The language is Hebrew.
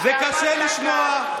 זה קשה לשמוע,